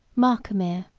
marcomir,